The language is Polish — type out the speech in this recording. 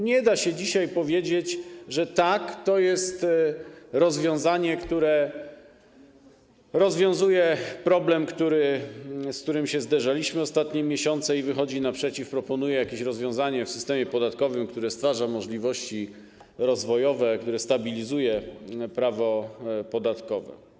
Nie da się dzisiaj powiedzieć, że tak, to jest rozwiązanie, które rozwiązuje problem, z którym się zderzaliśmy ostatnie miesiące, i wychodzi naprzeciw, proponuje jakieś rozwiązania w systemie podatkowym, które stwarzają możliwości rozwojowe, które stabilizują prawo podatkowe.